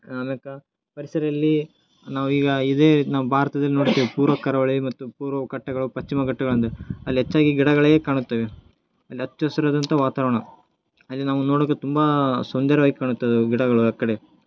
ಅದಕ್ಕೆ ಪರಿಸರದಲ್ಲಿ ನಾವು ಈಗ ಇದೆ ನಾವು ಭಾರತದಲ್ಲಿ ನೋಡ್ತೇವೆ ಪೂರ್ವ ಕರಾವಳಿ ಮತ್ತು ಪೂರ್ವ ಘಟ್ಟಗಳು ಪಶ್ಚಿಮ ಘಟ್ಟಗಳಂಥ ಅಲ್ಲಿ ಹೆಚ್ಚಾಗಿ ಗಿಡಗಳೇ ಕಾಣುತ್ತವೆ ಅಲ್ಲಿ ಹಚ್ಚ ಹಸಿರಾದಂಥ ವಾತಾವರಣ ಅಲ್ಲಿ ನಾವು ನೋಡೋಕ್ಕೆ ತುಂಬಾ ಸುಂದರವಾಗಿ ಕಾಣುತ್ತದು ಗಿಡಗಳು ಆ ಕಡೆ